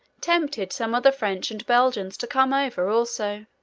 tempted some of the french and belgians to come over also.